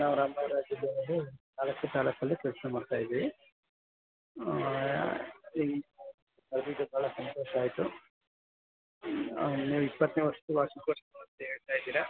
ನಾವು ನಮ್ಮ ರಾಜ್ಯದವರು ತಾಲೂಕಲ್ಲಿ ಕೆಲಸ ಮಾಡ್ತಾ ಇದ್ದೀವಿ ಎಲ್ಲರಿಗೂ ಭಾಳ ಸಂತೋಷ ಆಯಿತು ನೀವು ಇಪ್ಪತ್ತನೇ ವರ್ಷದ ವಾರ್ಷಿಕೋತ್ಸವ ಅಂತ ಹೇಳ್ತಾ ಇದ್ದೀರ